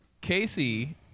Casey